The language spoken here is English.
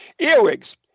Earwigs